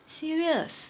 serious